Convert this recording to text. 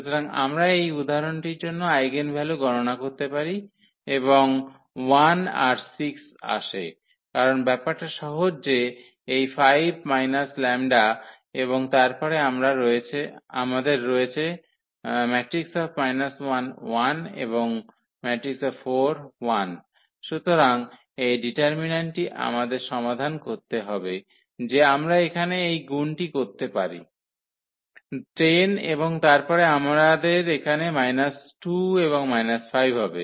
সুতরাং আমরা এই উদাহরণটির জন্য আইগেনভ্যালু গণনা করতে পারি এবং 1 আর 6 আসে কারণ ব্যাপারটা সহজ যে এই 5 λ এবং তারপরে আমাদের রয়েছে সুতরাং এই ডিটারমিন্যান্টটি আমাদের সমাধান করতে হবে যে আমরা এখানে এই গুনটি করতে পারি 10 এবং তারপরে আমাদের এখানে 2 এবং 5 হবে